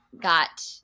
got